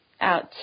out